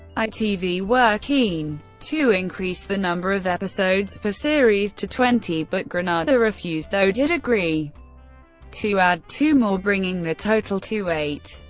itv were keen to increase the number of episodes per series to twenty, but granada refused, though did agree to add two more, bringing the total to eight.